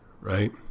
Right